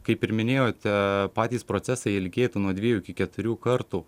kaip ir minėjote patys procesai ilgėtų nuo dviejų iki keturių kartų